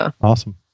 Awesome